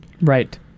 Right